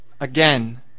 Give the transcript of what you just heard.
Again